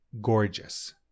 gorgeous